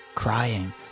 crying